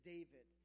David